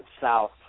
South